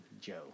Joe